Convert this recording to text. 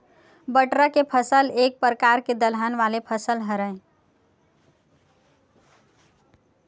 बटरा के फसल एक परकार के दलहन वाले फसल हरय